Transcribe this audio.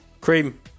Cream